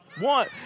One